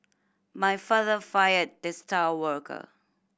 my father fired the star worker